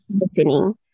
listening